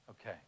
Okay